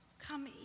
come